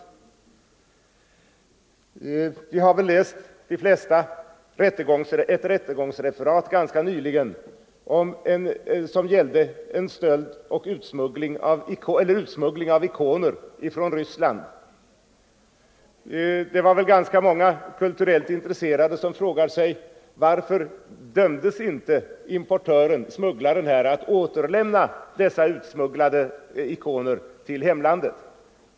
De flesta av oss har väl läst referat från en rättegång ganska nyligen som gällde utsmuggling av ikoner från Ryssland. Ganska många kulturellt intresserade frågade sig säkerligen: Varför dömdes inte importören att återlämna dessa utsmugglade ikoner till hemlandet?